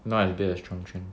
not as big as chung cheng